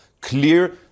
clear